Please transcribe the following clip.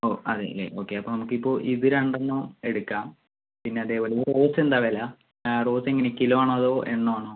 ഓ അതേ അല്ലേ ഒക്കെ അപ്പോൾ നമുക്ക് ഇപ്പോൾ ഇത് രണ്ട് എണ്ണം എടുക്കാം പിന്നെ അതേപോലെ റോസ് എന്താ വില റോസ് എങ്ങനെ കിലോ ആണോ അതോ എണ്ണം ആണോ